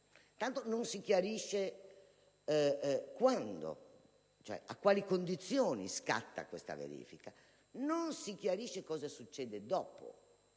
Intanto non si chiarisce quando e a quali condizioni scatti tale verifica e nemmeno si chiarisce cosa succederà dopo.